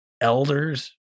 elders